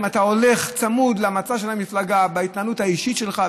אם אתה הולך צמוד למצע של המפלגה בהתנהלות האישית שלך,